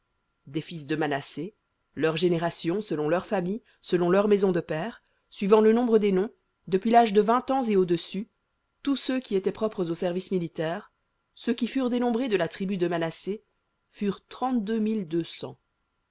des fils de manassé leurs générations selon leurs familles selon leurs maisons de pères suivant le nombre des noms depuis l'âge de vingt ans et au-dessus tous ceux qui étaient propres au service militaire ceux qui furent dénombrés de la tribu de manassé furent